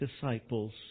disciples